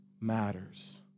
matters